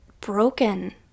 broken